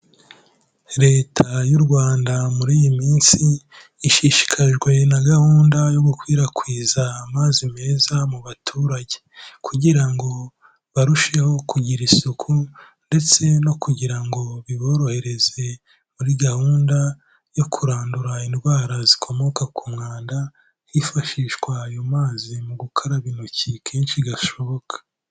Leta y'u Rwanda muri iyi minsi, ishishikajwe na gahunda yo gukwirakwiza amazi meza mu baturage kugira ngo barusheho kugira isuku ndetse no kugira ngo biborohereze muri gahunda yo kurandura indwara zikomoka ku mwanda, hifashishwa ayo mazi mu gukaraba intoki kenshi gashoboka.